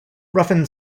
ruffin